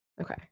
okay